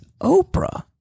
Oprah